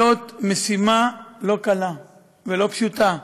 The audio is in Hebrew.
זאת משימה לא קלה ולא פשוטה.